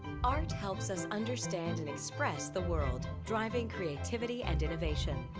art helps us understand and express the world, driving creativity and innovation,